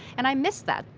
and i missed that,